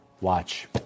Watch